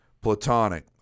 platonic